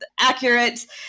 accurate